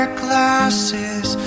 glasses